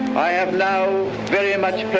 i have now very much